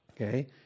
Okay